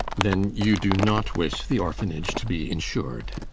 then you do not wish the orphanage to be insured?